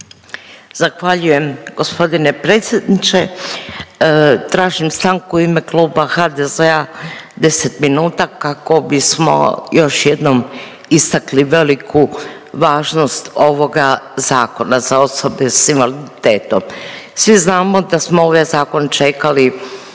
Zahvaljujem g. predsjedniče. Tražim stanku u ime kluba HDZ-a 10 minuta kako bismo još jednom istakli veliku važnost ovoga Zakona za osobe s invaliditetom. svi znamo da smo ovaj zakon čekali